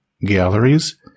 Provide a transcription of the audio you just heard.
galleries